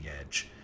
edge